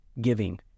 giving